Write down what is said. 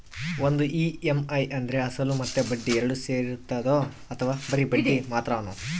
ಒಂದು ಇ.ಎಮ್.ಐ ಅಂದ್ರೆ ಅಸಲು ಮತ್ತೆ ಬಡ್ಡಿ ಎರಡು ಸೇರಿರ್ತದೋ ಅಥವಾ ಬರಿ ಬಡ್ಡಿ ಮಾತ್ರನೋ?